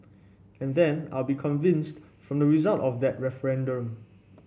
and then I will be convinced from the result of that referendum